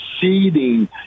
seeding